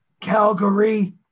calgary